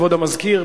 כבוד המזכיר,